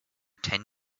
ten